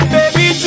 Baby